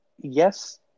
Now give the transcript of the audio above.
yes